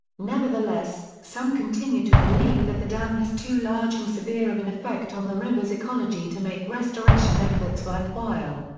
nevertheless, some continue to believe that the dam has too large and severe of an effect on the river's ecology to make restoration efforts worthwhile.